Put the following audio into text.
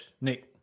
Nick